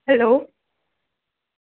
hello